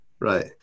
Right